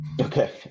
Okay